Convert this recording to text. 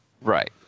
Right